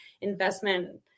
investment